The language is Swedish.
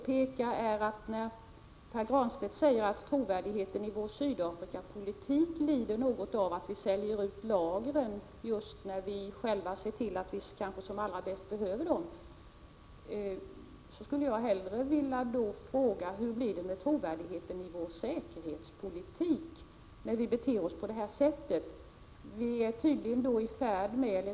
Pär Granstedt säger att trovärdigheten i svensk Sydafrikapolitik lider något av att lagren säljs ut just när de kanske bäst behövs. Jag vill hellre fråga hur det blir med trovärdigheten i svensk säkerhetspolitik när vi i Sverige beter oss på detta sätt.